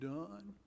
done